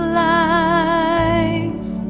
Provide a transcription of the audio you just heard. life